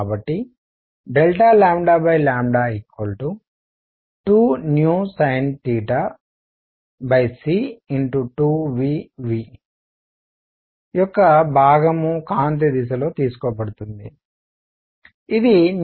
కాబట్టి 2sinc2v v యొక్క భాగం కాంతి దిశలో తీసుకోబడుతుంది ఇది sin